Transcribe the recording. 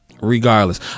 Regardless